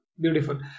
Beautiful